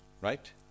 Right